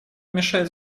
мешает